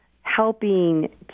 helping